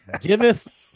giveth